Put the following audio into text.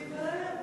בבקשה.